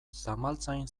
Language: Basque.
zamaltzain